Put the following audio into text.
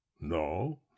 no